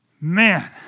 Man